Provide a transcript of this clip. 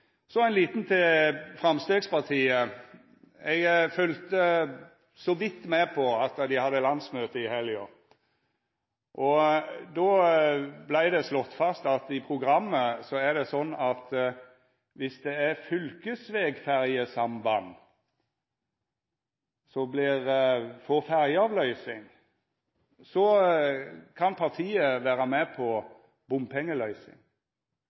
Så ein liten visitt til Framstegspartiet. Eg følgde så vidt med på at dei hadde landsmøte i helga. Der blei det slått fast i programmet at viss det er fylkesvegferjesamband som får ferjeavløysing, kan partiet vera med på bompengeløysing.